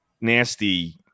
nasty